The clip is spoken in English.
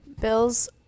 Bills